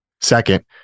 second